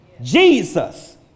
jesus